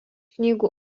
knygų